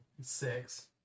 Six